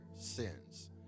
sins